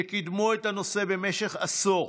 שקידמו את הנושא במשך עשור,